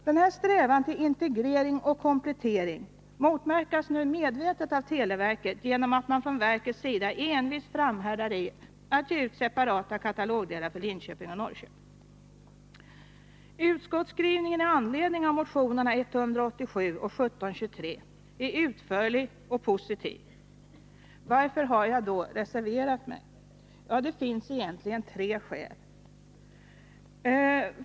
Denna strävan till integrering och komplettering motverkas nu medvetet av televerket genom att verket envist framhärdar i att ge ut separata katalogdelar för Linköping och Norrköping. Utskottsskrivningen i anledning av motionerna 187 och 1723 är utförlig och positiv. Varför har jag då reserverat mig? Ja, det finns egentligen tre skäl till det.